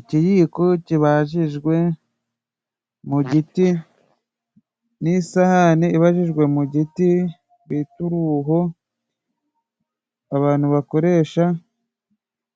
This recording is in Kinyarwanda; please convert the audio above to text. Ikiyiko kibajijwe mu giti ,n'isahani ibajijwe mu giti bita uruho abantu bakoresha